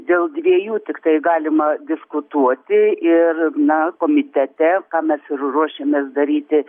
dėl dviejų tiktai galima diskutuoti ir na komitete ką mes ir ruošiamės daryti